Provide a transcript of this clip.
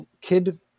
kid